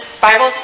Bible